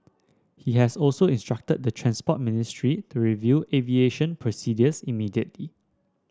he has also instructed the Transport Ministry to review aviation procedures immediately